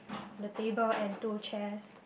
the table and two chairs